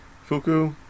Fuku